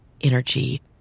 energy